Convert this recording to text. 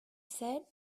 said